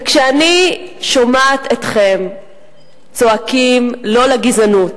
כשאני שומעת אתכם צועקים לא לגזענות